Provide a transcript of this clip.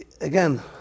Again